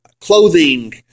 clothing